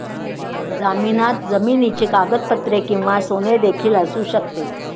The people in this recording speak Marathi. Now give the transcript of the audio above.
जामिनात जमिनीची कागदपत्रे किंवा सोने देखील असू शकते